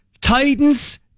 Titans